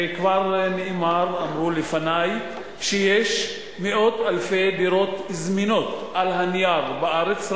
וכבר אמרו לפני שיש מאות אלפי דירות זמינות על הנייר בארץ,